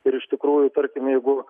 ir iš tikrųjų tarkim jeigu